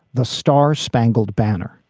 the star spangled banner